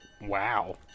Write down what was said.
Wow